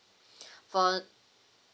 for